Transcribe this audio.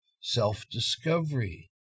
self-discovery